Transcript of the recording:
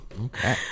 Okay